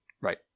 Right